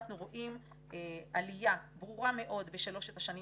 אנחנו רואים עלייה ברורה מאוד בשלושת השנים